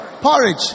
Porridge